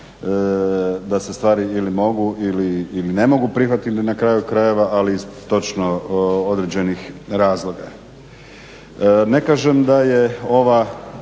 da se stvari ili mogu ili ne mogu prihvatiti na kraju krajeva ali iz točno određenih razloga. Ne kažem da je ova,